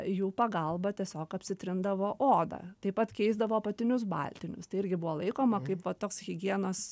jų pagalba tiesiog apsitrindavo odą taip pat keisdavo apatinius baltinius tai irgi buvo laikoma kaip va toks higienos